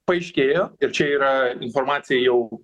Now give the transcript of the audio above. paaiškėjo ir čia yra informacija jau